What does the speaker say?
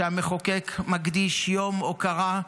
כשהמחוקק מקדיש יום הוקרה,